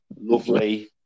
lovely